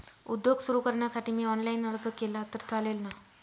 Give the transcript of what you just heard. उद्योग सुरु करण्यासाठी मी ऑनलाईन अर्ज केला तर चालेल ना?